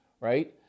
right